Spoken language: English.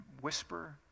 whisper